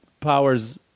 Powers